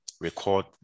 record